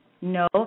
No